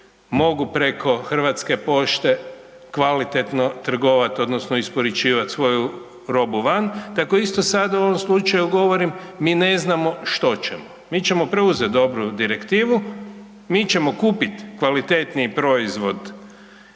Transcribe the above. mogu preko Hrvatske pošte kvalitetno trgovat odnosno isporučivat svoju robu van, tako isto sad u ovom slučaju govorim mi ne znamo što ćemo. Mi ćemo preuzet dobru direktivu, mi ćemo kupit kvalitetniji proizvod